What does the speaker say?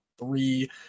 three